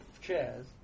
chairs